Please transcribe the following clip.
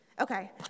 Okay